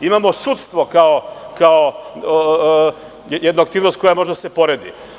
Imamo sudstvo kao jednu aktivnost koja može da se poredi.